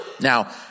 Now